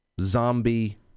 zombie